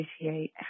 appreciate